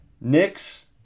Knicks